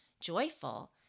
joyful